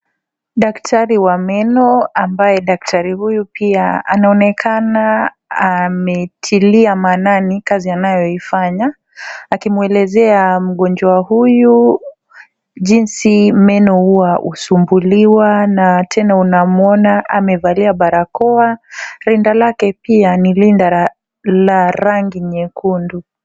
Daktari wa meno ambaye daktari huyu pia anaonekana ametilia maanani kazi anayoifanya, akimwelezea mgonjwa huyu jinsi meno huwa husuguliwa na tena unamwona amevalia barakoa. Rinda lake pia ni rinda la rangi nyekundu.